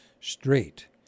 straight